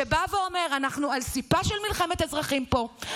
שבא ואומר: אנחנו על סיפה של מלחמת אזרחים פה,